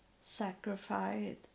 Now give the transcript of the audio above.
sacrificed